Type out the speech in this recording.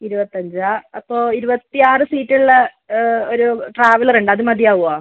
ഇരുപത്തിയഞ്ചോ അപ്പോൾ ഇരുപത്തിയാറ് സീറ്റ് ഉള്ള ഒരു ട്രാവലർ ഉണ്ട് അത് മതിയാവുമോ